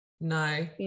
No